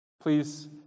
Please